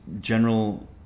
general